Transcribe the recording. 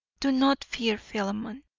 do not fear philemon.